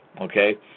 Okay